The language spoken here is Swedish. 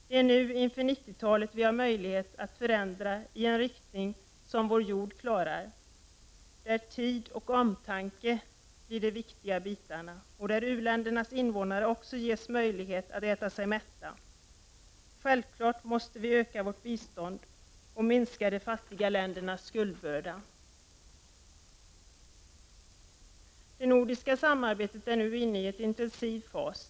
Det är nu inför 1990-talet vi har möjlighet att göra förändringar i en riktning som vår jord klarar där tid och omtanke blir viktiga faktorer och där u-ländernas invånare också ges möjlighet att äta sig mätta. Självfallet måste vi öka vårt bistånd och minska de fattiga ländernas skuldbörda. Det nordiska samarbetet är nu inne i en intensiv fas.